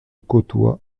côtoient